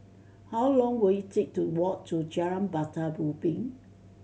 how long will it take to walk to Jalan Batu Ubin